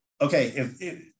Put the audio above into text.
okay